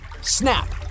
snap